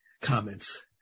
comments